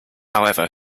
however